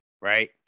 right